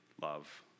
love